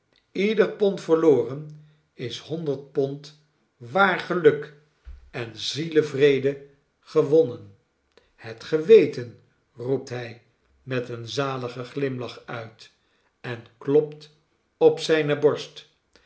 ieder pond verloren is honderd pond waar geluk en zielevrede gewonnen het geweten roept hij met een zaligen glimlach uit en klopt op zijne borst